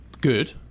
good